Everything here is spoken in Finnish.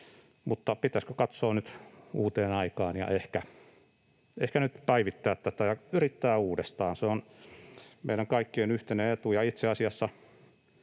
Mutta pitäisikö katsoa nyt uuteen aikaan ja ehkä nyt päivittää tätä, yrittää uudestaan? Se on meidän kaikkien yhteinen etumme, ja itse asiassa